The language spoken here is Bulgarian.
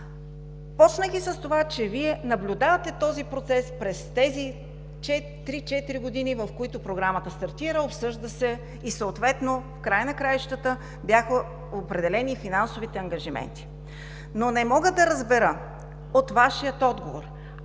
започвайки с това, че Вие наблюдавате този процес през тези 3-4 години, в които Програмата стартира, обсъжда се и съответно в края на краищата бяха определени финансовите ангажименти, но не мога да разбера от Вашия отговор,